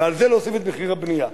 ועל זה להוסיף את מחיר הבנייה.